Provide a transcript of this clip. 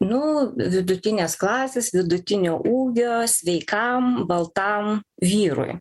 nu vidutinės klasės vidutinio ūgio sveikam baltam vyrui